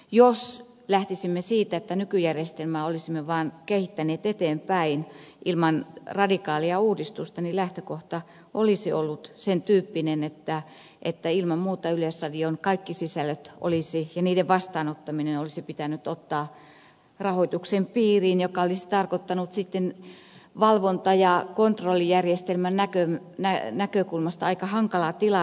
jos lähtisimme siitä että nykyjärjestelmää olisimme vaan kehittäneet eteenpäin ilman radikaalia uudistusta niin lähtökohta olisi ollut sen tyyppinen että ilman muuta yleisradion kaikki sisällöt ja niiden vastaanottaminen olisi pitänyt ottaa rahoituksen piiriin mikä olisi tarkoittanut sitten valvonta ja kontrollijärjestelmän näkökulmasta aika hankalaa tilannetta